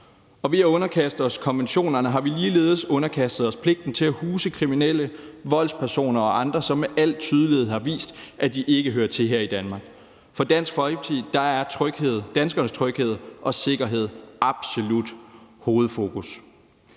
Ved at underkaste os konventionerne har vi ligeledes underkastet os pligten til at huse kriminelle, voldspersoner og andre, som med al tydelighed har vist, at de ikke hører til her i Danmark. For Dansk Folkeparti er danskernes tryghed og sikkerhed absolut hovedfokus,